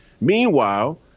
Meanwhile